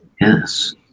yes